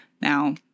Now